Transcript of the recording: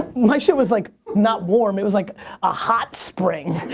my shit was like not warm, it was like a hot spring.